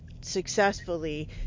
successfully